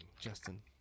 justin